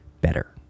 better